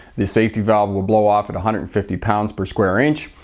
the safety valve will blow off and a hundred fifty pounds per square inch.